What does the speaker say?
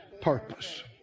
purpose